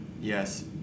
Yes